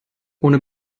ohne